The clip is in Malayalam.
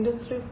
ഇൻഡസ്ട്രി 4